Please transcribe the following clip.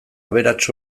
aberats